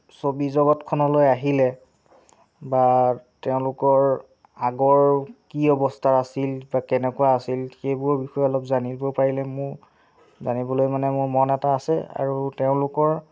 ছবিজগতখনলৈ আহিলে বা তেওঁলোকৰ আগৰ কি অৱস্থাৰ আছিল বা কেনেকুৱা আছিল সেইবোৰৰ বিষয়ে অলপ জানিব পাৰিলে মোৰ জানিবলৈ মানে মোৰ মন এটা আছে আৰু তেওঁলোকৰ